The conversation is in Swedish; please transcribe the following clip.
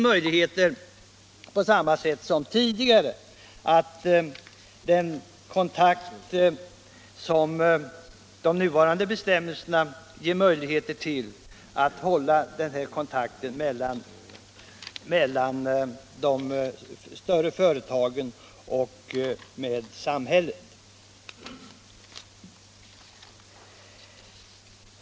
Vidare ger de nuvarande bestämmelserna på samma sätt som hittills möjligheter till kontakter mellan de större företagen och samhället.